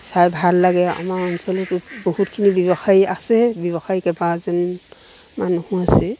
চাই ভাল লাগে আমাৰ অঞ্চলতো বহুতখিনি ব্যৱসায়ী আছে ব্যৱসায়ী কেইবাজন মানুহো আছে